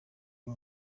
b’u